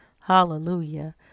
Hallelujah